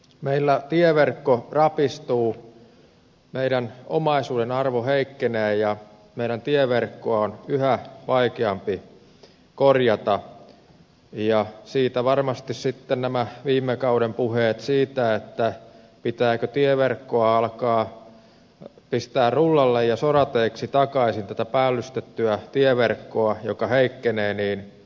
meillä tieverkko rapistuu meidän omaisuuden arvo heikkenee ja meidän tieverkkoa on yhä vaikeampi korjata siitä varmasti sitten nämä viime kauden puheet siitä pitääkö tätä päällystettyä tieverkkoa joka heikkenee alkaa pistää rullalle ja sorateiksi takaisin tätä päällystettyä tieverkkoa joka vei kymmenen